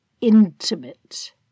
intimate